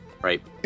Right